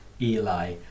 Eli